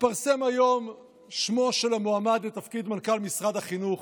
התפרסם היום שמו של המועמד לתפקיד מנכ"ל משרד החינוך.